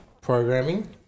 programming